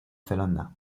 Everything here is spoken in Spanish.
zelanda